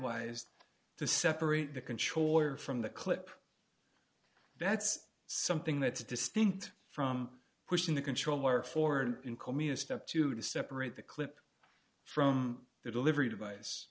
wise to separate the controller from the clip that's something that's distinct from pushing the control wire forward in communist up to to separate the clip from the delivery device